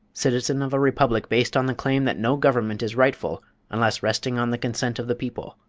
citizen of a republic based on the claim that no government is rightful unless resting on the consent of the people,